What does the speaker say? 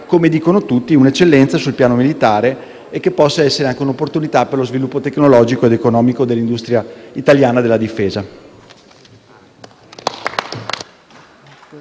come dicono tutti, un'eccellenza sul piano militare e possa essere altresì un'opportunità per lo sviluppo tecnologico ed economico dell'industria italiana della difesa.